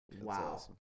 Wow